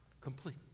Complete